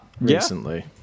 recently